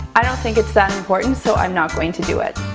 i don't think it's that important. so i'm not going to do it.